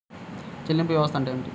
చెల్లింపు వ్యవస్థ అంటే ఏమిటి?